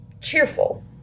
cheerful